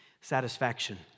satisfaction